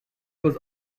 was